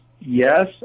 yes